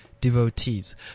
devotees